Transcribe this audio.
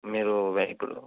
మీరు ఇప్పుడు